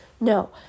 No